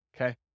okay